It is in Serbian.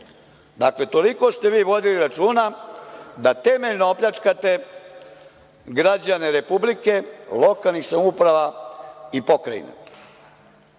Dakle, toliko ste vi vodili računa da temeljno opljačkate građane Republike, lokalnih samouprava i Pokrajine.